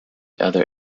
other